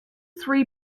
three